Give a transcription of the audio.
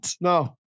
No